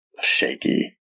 shaky